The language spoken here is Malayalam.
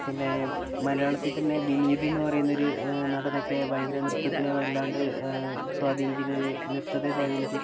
പിന്നെ മലയാളത്തിൽ തന്നെ വിനീത് എന്ന് പറയുന്നൊരു നടനൊക്കെ ഭയങ്കര നൃത്തത്തിന് വല്ലാണ്ട് സ്വാധീനിക്കുന്നൊരു നൃത്തത്തെ സ്വാധീനിച്ച്